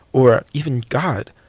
or even god,